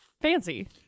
fancy